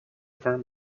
firm